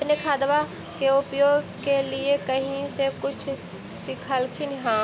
अपने खादबा के उपयोग के लीये कही से कुछ सिखलखिन हाँ?